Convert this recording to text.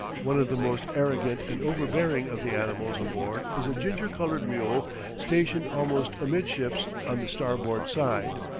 one of the most arrogant and overbearing of the animals aboard is a ginger-colored mule stationed almost amidships on the starboard side.